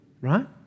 right